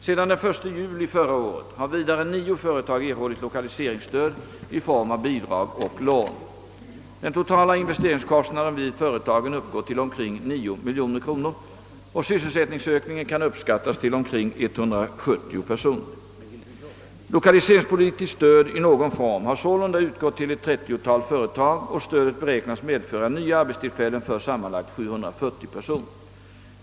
Sedan den 1 juli förra året har vidare 9 företag erhållit lokaliseringsstöd i form av bidrag och lån. Den totala investeringskostnaden vid företagen uppgår till omkring 9 miljoner kronor, och sysselsättningsökningen kan uppskattas till omkring 170 personer. Lokaliseringspolitiskt stöd i någon form har sålunda ut gått till ett 30-tal företag, och stödet beräknas medföra nya arbetstillfällen för sammanlagt 740 personer.